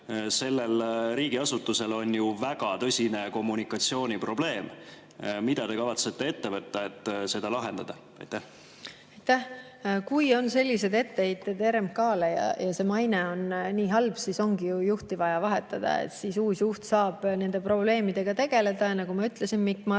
Sellel riigiasutusel on ju väga tõsine kommunikatsiooniprobleem. Mida te kavatsete ette võtta, et seda lahendada? Aitäh! Kui on sellised etteheited RMK-le ja see maine on nii halb, siis ongi ju juhti vaja vahetada. Uus juht saab nende probleemidega tegeleda. Ja nagu ma ütlesin, Mikk Marran